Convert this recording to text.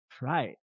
Right